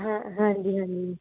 ਹਾਂ ਹਾਂਜੀ ਹਾਂਜੀ